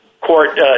court